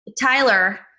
Tyler